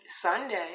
Sunday